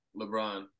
LeBron